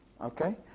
Okay